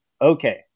Okay